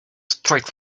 straight